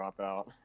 dropout